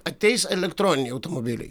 ateis elektroniniai automobiliai